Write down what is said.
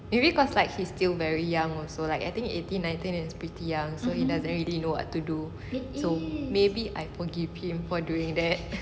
maybe cause like he's still very young also so like I think eighteen nineteen it's pretty young so he doesn't really know what to do maybe I forgive him for doing that